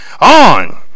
on